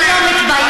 אתה לא מתבייש?